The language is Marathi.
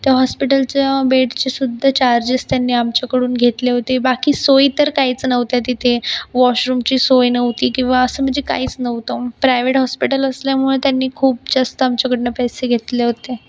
त्या हॉस्पिटलचं बेडचेसुद्धा चार्जेस त्यांनी आमच्याकडून घेतले होते बाकी सोय तर काहीच नव्हत्या तिथे वॉशरूमची सोय नव्हती किंवा असं म्हणजे काहीच नव्हतं प्रायवेट हॉस्पिटल असल्यामुळे त्यांनी खूप जास्त आमच्याकडनं पैसे घेतले होते